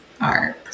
art